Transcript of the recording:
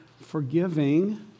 forgiving